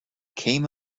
came